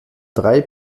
drei